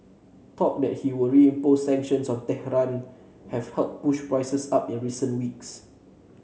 talk that he will reimpose sanctions on Tehran have helped push prices up in recent weeks